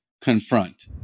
confront